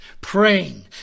praying